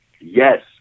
yes